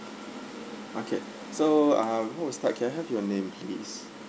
okay so ah before we start can I have your name please